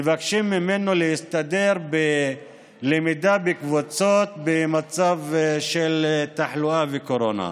מבקשים ממנו להסתדר בלמידה בקבוצות במצב של תחלואה וקורונה.